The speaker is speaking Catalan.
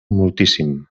moltíssim